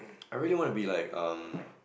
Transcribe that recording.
I really want to be like um